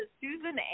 Susan